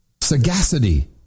sagacity